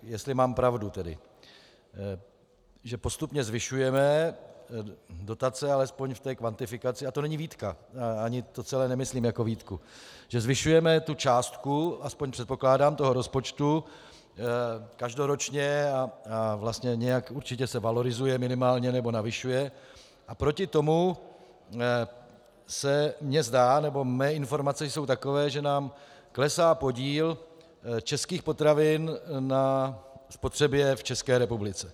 Jestli mám pravdu tedy, že postupně zvyšujeme dotace alespoň v té kvantifikaci, a to není výtka, ani to celé nemyslím jako výtku, že zvyšujeme tu částku, aspoň předpokládám, rozpočtu každoročně a nějak se určitě minimálně valorizuje nebo navyšuje, a proti tomu se mi zdá, nebo mé informace jsou takové, že nám klesá podíl českých potravin na spotřebě v České republice.